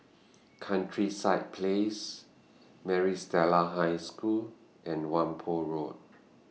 Countryside Place Maris Stella High School and Whampoa Road